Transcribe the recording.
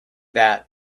that